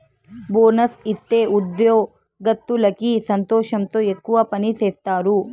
bonus ఇత్తే ఉద్యోగత్తులకి సంతోషంతో ఎక్కువ పని సేత్తారు